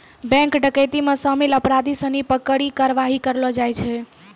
bank डकैती मे शामिल अपराधी सिनी पे कड़ी कारवाही करलो जाय छै